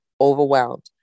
overwhelmed